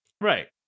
Right